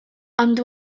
ond